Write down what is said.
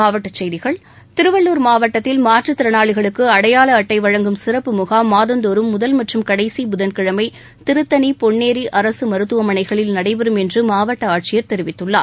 மாவட்டச் செய்திகள் திருவள்ளுர் மாவட்டத்தில் மாற்றுத்திறனாளிகளுக்கு அடையாள அட்டை வழங்கும் சிறப்பு முகாம் மாதந்தோறும் முதல் மற்றும் கடைசி புதன்கிழமை திருத்தனி பொன்ளேரி அரசு மருத்துவமனைகளில் நடைபெறும் என்று மாவட்ட ஆட்சியர் தெரிவித்துள்ளார்